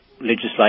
legislation